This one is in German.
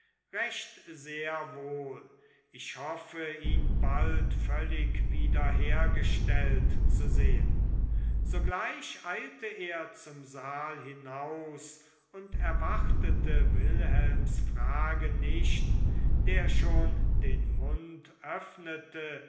recht sehr wohl ich hoffe ihn bald völlig wiederhergestellt zu sehen sogleich eilte er zum saal hinaus und erwartete wilhelms frage nicht der schon den mund öffnete